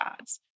ads